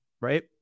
right